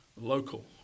local